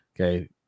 okay